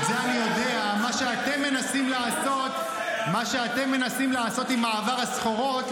מה שאתם מנסים לעשות עם מעבר הסחורות,